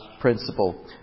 principle